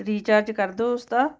recharge ਕਰ ਦਿਓ ਉਸਦਾ